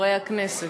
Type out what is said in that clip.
חברי הכנסת,